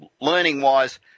learning-wise